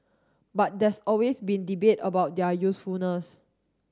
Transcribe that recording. but there's always been debate about their usefulness